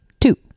two